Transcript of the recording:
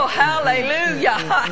hallelujah